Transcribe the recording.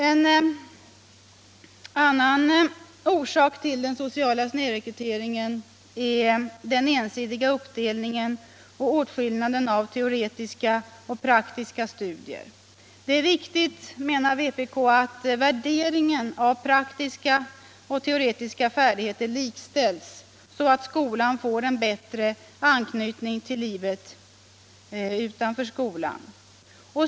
En annan orsak till den sociala snedrekryteringen är den ensidiga uppdelningen och åtskillnaden av teoretiska och praktiska studier. Vpk menar att det är viktigt att värderingen av praktiska och teoretiska färdigheter likställs så att skolan får en bättre anknytning till livet utanför skolan.